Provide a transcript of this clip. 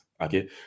okay